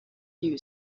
you